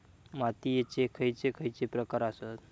मातीयेचे खैचे खैचे प्रकार आसत?